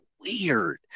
weird